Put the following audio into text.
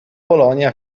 polonia